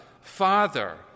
Father